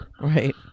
Right